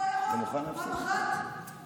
פעם אחת אתה לא יכול?